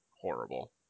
horrible